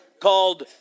called